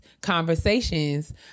conversations